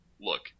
look